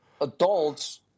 adults